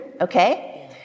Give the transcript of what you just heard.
okay